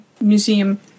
museum